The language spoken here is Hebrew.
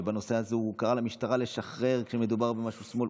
ובנושא הזה הוא קרא למשטרה לשחרר כשהיה מדובר במשהו שמאל.